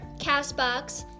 CastBox